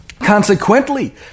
Consequently